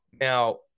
Now